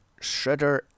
Shredder